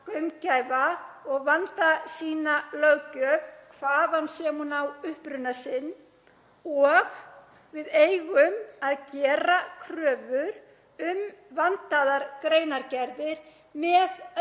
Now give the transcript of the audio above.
gaumgæfa og vanda sína löggjöf, hvaðan sem hún á uppruna sinn. Við eigum að gera kröfur um vandaðar greinargerðir með öllum